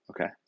Okay